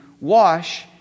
wash